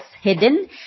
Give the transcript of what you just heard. hidden